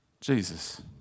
Jesus